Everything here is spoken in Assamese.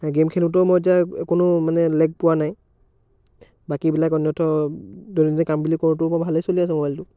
গে'ম খেলোঁতেও মই এতিয়া কোনো মানে লেগ পোৱা নাই বাকীবিলাক অন্যথ দৈনন্দিন কাম বুলি কৰোঁতেও ভালে চলি আছে মোবাইলটো